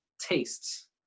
tastes